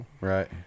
Right